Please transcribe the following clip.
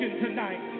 tonight